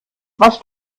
was